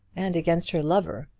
and against her lover.